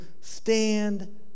stand